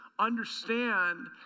understand